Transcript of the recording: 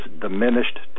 diminished